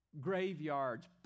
Graveyards